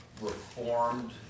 reformed